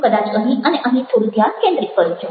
કદાચ અહીં અને અહીં થોડું ધ્યાન કેન્દ્રિત કરો છો